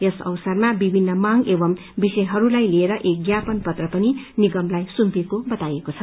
यस अवसरमा विभिन्न भाग एवं विषयहरूलाई लिएर एक ज्ञापन पत्र पनि निगमलाई सुम्पिएको बताइएको छ